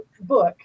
book